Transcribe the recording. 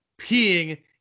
peeing